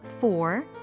four